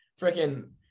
Freaking